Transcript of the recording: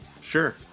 Sure